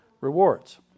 rewards